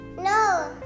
No